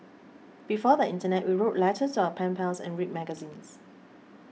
before the internet we wrote letters to our pen pals and read magazines